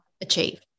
achieve